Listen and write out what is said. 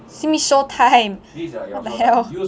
simi show time what the hell